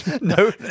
no